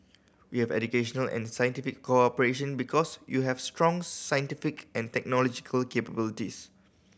we have educational and scientific cooperation because you have strong scientific and technological capabilities